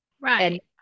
right